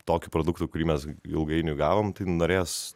tokiu produktu kurį mes ilgainiui gavom tai norėjos